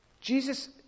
Jesus